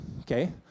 okay